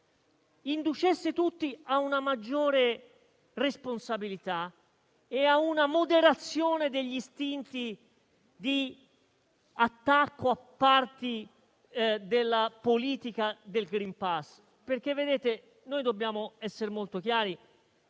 inducesse tutti a una maggiore responsabilità e a una moderazione degli istinti di attacco a parti della politica del *green pass*. Dobbiamo essere molto chiari: